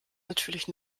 natürlich